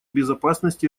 безопасность